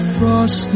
Frost